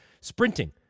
sprinting